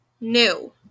New